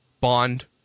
bond